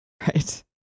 Right